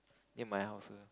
near my house